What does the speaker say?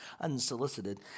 unsolicited